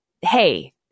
hey